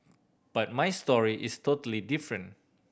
but my story is totally different